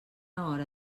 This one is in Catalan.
hora